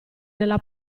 nella